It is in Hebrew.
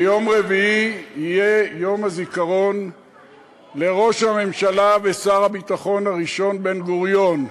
ביום רביעי יהיה יום הזיכרון לראש הממשלה ושר הביטחון הראשון בן-גוריון.